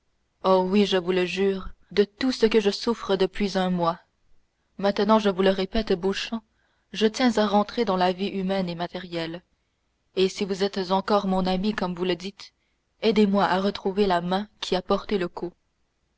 oh oui je vous le jure de tout ce que je souffre depuis un mois maintenant je vous le répète beauchamp je tiens à rentrer dans la vie humaine et matérielle et si vous êtes encore mon ami comme vous le dites aidez-moi à retrouver la main qui a porté le coup